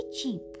cheap